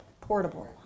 portable